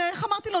איך אמרתי לו?